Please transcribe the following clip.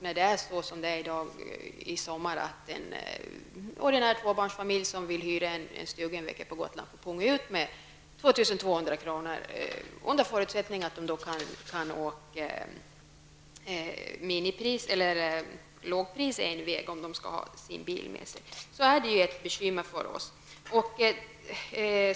När det är så som det är i dag att en tvåbarnsfamilj som vill hyra en stuga på Gotland får punga ut med 2 200 kr. under förutsättning att de kan åka till lågpris och ta sin bil med sig, innebär det bekymmer för oss.